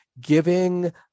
giving